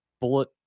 bullet